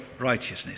righteousness